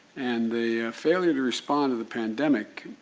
and the failure to respond to the pandemic,